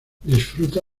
disfruta